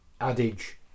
adage